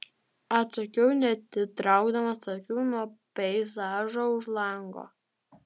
atsakiau neatitraukdamas akių nuo peizažo už lango